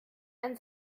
ein